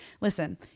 listen